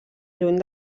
lluny